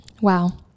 Wow